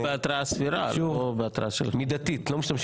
אבל בהתראה סבירה, לא בהתראה של --- מידתית.